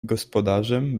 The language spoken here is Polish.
gospodarzem